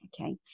okay